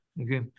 Okay